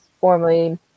formerly